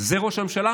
זה ראש הממשלה